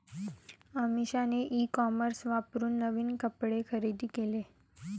अमिषाने e commerce वापरून नवीन कपडे खरेदी केले